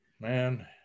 Man